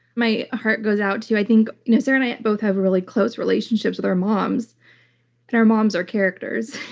my heart goes out to you. i think you know sarah and i both have really close relationships with our moms and our moms are characters,